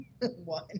one